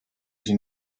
she